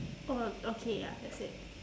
oh okay ya that's it